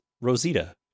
Rosita